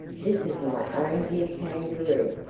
this is my own dear kangaroo.